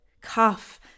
Cuff